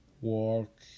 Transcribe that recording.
walk